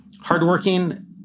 Hardworking